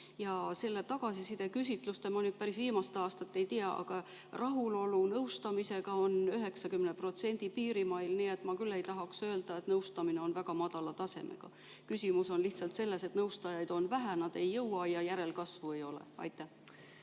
pidevalt tagasiside küsitlusi, ja ma päris viimast aastat ei tea, aga rahulolu nõustamisega on 90% piirimail, nii et ma ei tahaks küll öelda, et nõustamine on väga madala tasemega. Küsimus on lihtsalt selles, et nõustajaid on vähe, nad ei jõua ja järelkasvu ei ole. Aitäh!